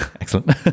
excellent